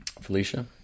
Felicia